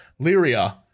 lyria